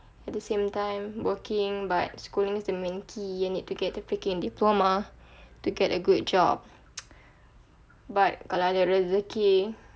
at the same time working but schooling is the main key you need to get the freaking diploma to get a good job but kalau ada rezeki